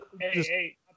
Hey